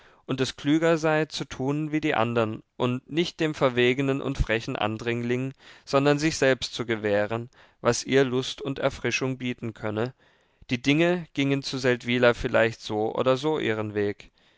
und es klüger sei zu tun wie die andern und nicht dem verwegenen und frechen andringling sondern sich selbst zu gewähren was ihr lust und erfrischung bieten könne die dinge gingen zu seldwyla vielleicht so oder so ihren weg